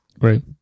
Right